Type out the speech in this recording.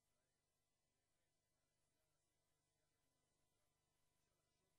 זו הייתה עוד דוגמה, אדוני היושב-ראש,